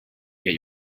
get